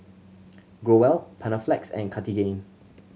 Growell Panaflex and Cartigain